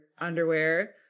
underwear